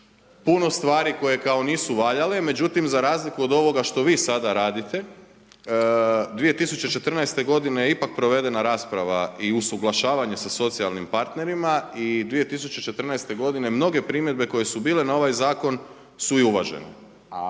puno stvari koje kao nisu valjale. Međutim, za razliku od ovoga što vi sada radite 2014. godine ipak je provedena rasprava i usuglašavanje sa socijalnim partnerima i 2014. godine mnoge primjedbe koje su bile na ovaj zakon su i uvažene.